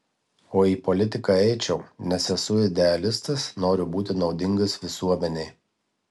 o į politiką eičiau nes esu idealistas noriu būti naudingas visuomenei